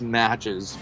matches